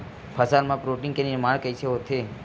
फसल मा प्रोटीन के निर्माण कइसे होथे?